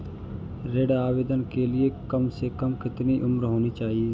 ऋण आवेदन के लिए कम से कम कितनी उम्र होनी चाहिए?